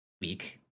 week